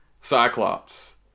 Cyclops